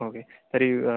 okay तर्हि